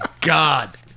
God